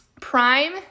Prime